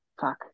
fuck